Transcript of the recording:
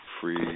free